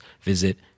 visit